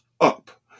up